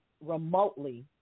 remotely